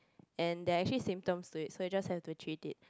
and there're actually symptoms to it so you just have to treat it